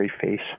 face